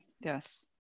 Yes